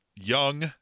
young